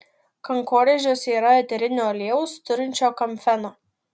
kankorėžiuose yra eterinio aliejaus turinčio kamfeno